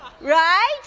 Right